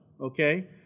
okay